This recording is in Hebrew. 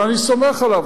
אבל אני סומך עליו.